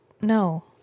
no